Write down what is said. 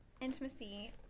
intimacy